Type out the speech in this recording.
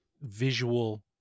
visual